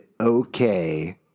okay